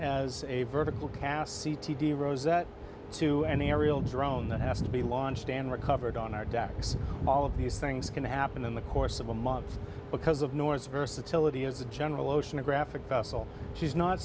as a vertical cast c t d rose that to an aerial drone that has to be launched and recovered on our backs all of these things can happen in the course of a month because of north versatility as a general oceanographic vessel she's not